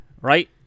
right